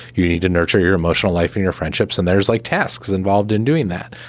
you need to nurture your emotional life in your friendships. and there's like tasks involved in doing that.